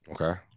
Okay